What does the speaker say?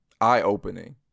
eye-opening